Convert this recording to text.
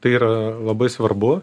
tai yra labai svarbu